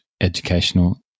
educational